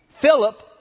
Philip